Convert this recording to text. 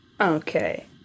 Okay